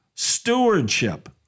Stewardship